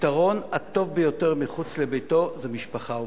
הפתרון הטוב ביותר מחוץ לביתו זה משפחה אומנת,